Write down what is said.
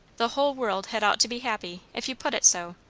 the whole world had ought to be happy, if you put it so.